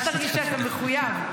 אל תרגיש שאתה מחויב.